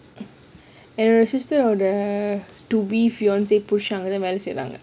என்னோட:ennoda sister அங்க வெள செய்றாங்க:anga wela seiraanga